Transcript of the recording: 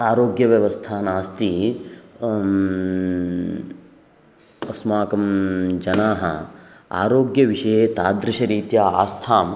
आरोग्यव्यवस्था नास्ति अस्माकं जनाः आरोग्यविषये तादृशरीत्या आस्थां